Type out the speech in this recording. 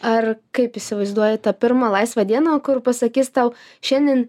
ar kaip įsivaizduoji tą pirmą laisvą dieną kur pasakys tau šiandien